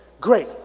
Great